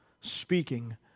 speaking